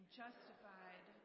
justified